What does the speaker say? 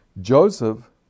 Joseph